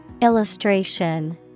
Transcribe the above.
Illustration